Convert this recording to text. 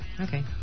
Okay